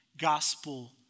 gospel